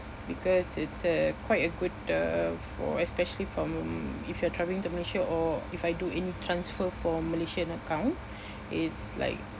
because it's a quite a good uh for especially for mm if you're traveling to Malaysia or if I do in transfer for malaysian account it's like